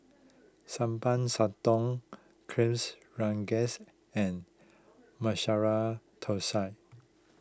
Sambal Sotong Kuihs Rengas and Masala Thosai